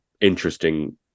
interesting